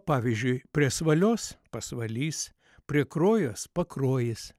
pavyzdžiui prie svalios pasvalys prie kruojos pakruojis